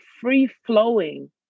free-flowing